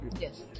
Yes